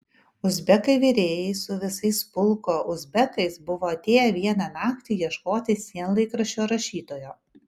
uzbekai virėjai su visais pulko uzbekais buvo atėję vieną naktį ieškoti sienlaikraščio rašytojo